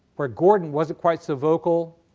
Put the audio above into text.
where gordon wasn't quite so vocal,